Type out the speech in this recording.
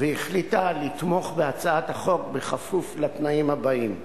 והחליטה לתמוך בהצעת החוק בכפוף לתנאים הבאים: